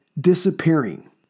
disappearing